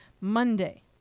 Monday